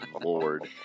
lord